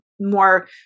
more